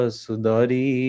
sudari